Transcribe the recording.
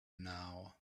now